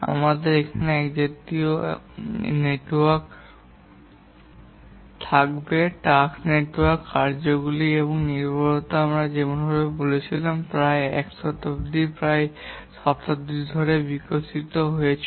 আমাদের এখানে এই জাতীয় নেটওয়ার্ক থাকবে টাস্ক নেটওয়ার্ক কার্যগুলি এবং নির্ভরতা এবং যেমনটি আমি বলছিলাম যে এটি প্রায় শতাব্দীর প্রায় শতাব্দী ধরে বিকশিত হয়েছিল